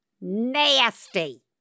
nasty